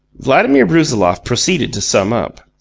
vladimir brusiloff proceeded to sum up.